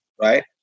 right